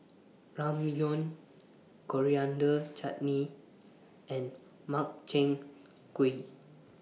Ramyeon Coriander Chutney and Makchang Gui